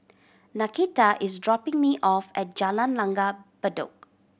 Nakita is dropping me off at Jalan Langgar Bedok